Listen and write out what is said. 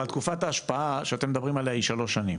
אבל תקופת ההשפעה שאתם מדברים עליה היא שלוש שנים